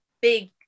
big